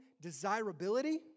desirability